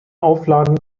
aufladen